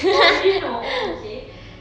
oh you didn't know oh okay